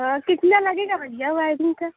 कितने लगेगा भैया वाईरींग का